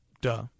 Duh